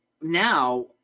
Now